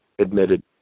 admitted